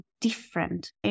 different